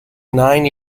nine